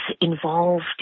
involved